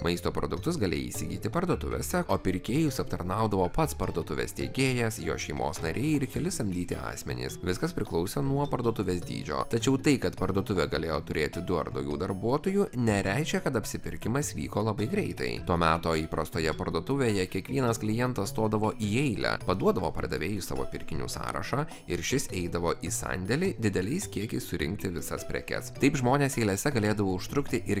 maisto produktus galėjai įsigyti parduotuvėse o pirkėjus aptarnaudavo pats parduotuvės steigėjas jo šeimos nariai ir keli samdyti asmenys viskas priklausė nuo parduotuvės dydžio tačiau tai kad parduotuvė galėjo turėti du ar daugiau darbuotojų nereiškia kad apsipirkimas vyko labai greitai to meto įprastoje parduotuvėje kiekvienas klientas stodavo į eilę paduodavo pardavėjui savo pirkinių sąrašą ir šis eidavo į sandėlį dideliais kiekiais surinkti visas prekes taip žmonės eilėse galėdavo užtrukti ir